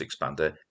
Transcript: expander